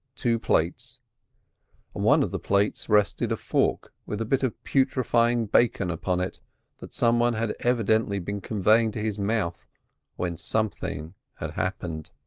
two plates. on one of the plates rested a fork with a bit of putrifying bacon upon it that some one had evidently been conveying to his mouth when something had happened.